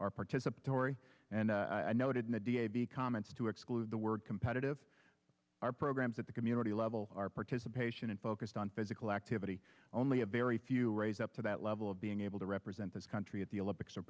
are participatory and noted in the da be comments to exclude the word competitive our programs at the community level our participation in focused on physical activity only a very few raise up to that level of being able to represent this country at the olympics or